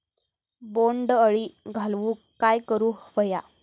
बोंड अळी घालवूक काय करू व्हया?